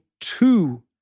two